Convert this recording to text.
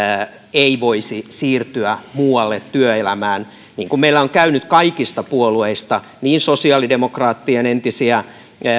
ei voisi siirtyä muualle työelämään niin kuin meillä on käynyt kaikista puolueista sosiaalidemokraattien entisiä